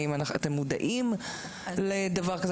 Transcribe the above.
האם אתם מודעים לדבר כזה?